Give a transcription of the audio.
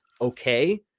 okay